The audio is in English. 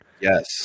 Yes